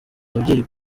ababyeyi